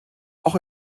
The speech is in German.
auch